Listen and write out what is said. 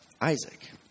Isaac